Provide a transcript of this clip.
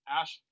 Ash